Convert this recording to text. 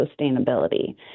sustainability